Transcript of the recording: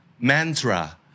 mantra